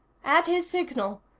at his signal,